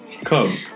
Come